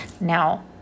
Now